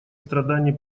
страданий